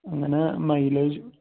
അങ്ങനെ മൈലേജ്